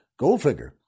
Goldfinger